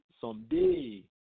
someday